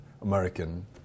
American